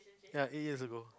ya eight years ago